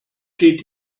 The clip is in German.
steht